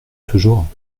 toujours